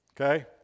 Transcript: okay